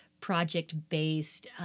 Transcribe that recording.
project-based